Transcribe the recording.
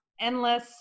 endless